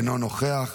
אינו נוכח,